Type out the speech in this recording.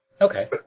Okay